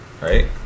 right